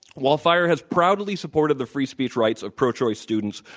while fire has proudly supported the free speech rights of pro choice students,